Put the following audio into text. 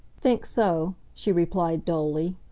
think so, she replied dully.